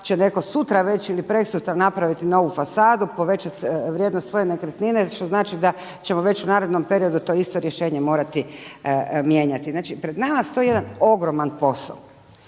će netko sutra reći, ili preksutra, napraviti novu fasadu, povećati vrijednost svoje nekretnine što znači da ćemo već u narednom periodu to isto rješenje morati mijenjati. Pred nama stoji jedan ogroman posao.